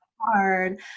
hard